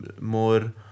more